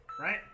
Right